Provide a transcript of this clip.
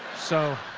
so